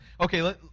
okay